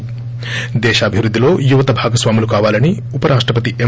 ి దేశాభివృద్దిలో యువత భాగస్వాములు కావాలని ఉప రాష్టపతి ఎం